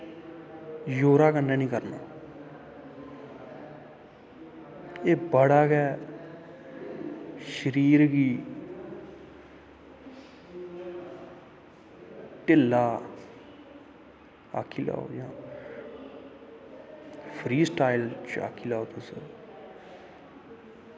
जोरा कन्नै नी करना एह् बड़ा गै शरीर गी ढिल्ला आक्खी लैओ जां फ्री स्टाईल च आक्खै लैओ तुस